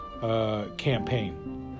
campaign